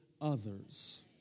others